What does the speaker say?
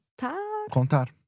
Contar